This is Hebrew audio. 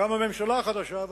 קמה ממשלה חדשה,